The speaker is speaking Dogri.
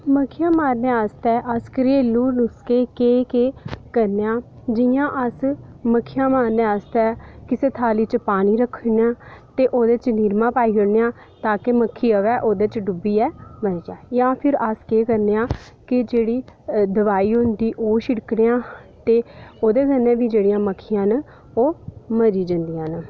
मक्खियां मारने आस्तै अस घरेलू नुस्के केह् केह् करने आ जि'यां मक्खियां मारने आस्तै किसै थाली च पानी रखने आं ते ओह्दे निरमा पाई ओड़ने आं तां जे मक्खी आवै ओह्दे च डुब्बियै मरी जा जां फ्ही अस केह् करने आं जेह्ड़ी दवाई होंदी ओह् छिड़कने आं ते ओह्दे कन्नै बी जेह्ड़ी मक्खियां न मरी जंदियां न